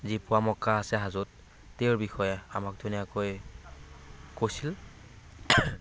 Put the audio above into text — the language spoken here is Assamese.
যি পোৱা মক্কা আছে হাজোত তেওঁৰ বিষয়ে আমাক ধুনীয়াকৈ কৈছিল